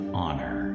honor